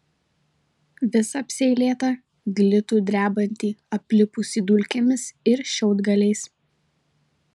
visą apseilėtą glitų drebantį aplipusį dulkėmis ir šiaudgaliais